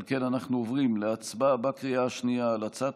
על כן אנחנו עוברים להצבעה בקריאה השנייה על הצעת